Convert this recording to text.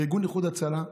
ארגון איחוד הצלה,